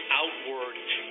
outward